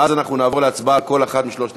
ואז אנחנו נעבור להצבעה על כל אחת משלוש ההצעות.